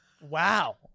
wow